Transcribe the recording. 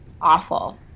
awful